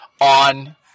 on